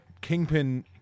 Kingpin